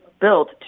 built